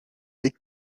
est